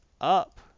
up